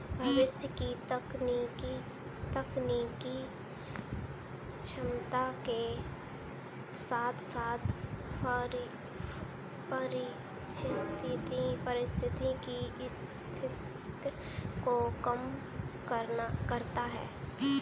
भविष्य की तकनीकी क्षमता के साथ साथ परिसंपत्ति की शक्ति को कम करता है